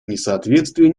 несоответствие